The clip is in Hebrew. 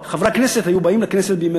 בעבר חברי הכנסת היו באים לכנסת בימי